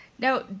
Now